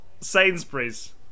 sainsbury's